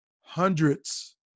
hundreds